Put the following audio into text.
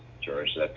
George